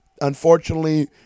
unfortunately